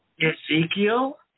Ezekiel